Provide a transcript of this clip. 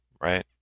Right